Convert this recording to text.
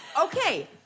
Okay